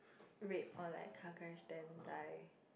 rape or like car crash then die